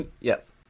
yes